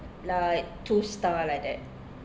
like two star like that